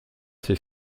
ces